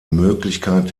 möglichkeit